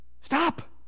Stop